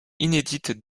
inédites